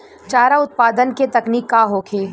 चारा उत्पादन के तकनीक का होखे?